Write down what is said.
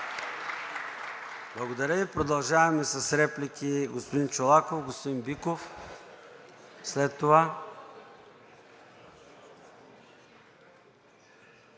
Благодаря Ви. Продължаваме с реплики – господин Чолаков, господин Биков след това.